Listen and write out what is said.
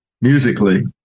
musically